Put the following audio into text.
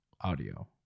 audio